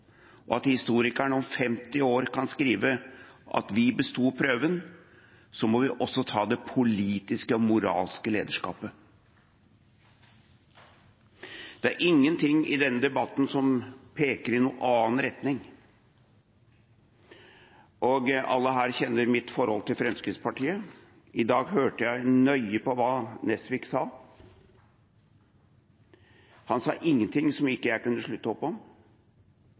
og for at historikerne om 50 år kan skrive at vi besto prøven, må vi også ta det politiske og moralske lederskapet. Det er ingenting i denne debatten som peker i noen annen retning. Alle her kjenner mitt forhold til Fremskrittspartiet. I dag hørte jeg nøye på hva Nesvik sa. Han sa ingenting som jeg ikke kunne slutte opp om.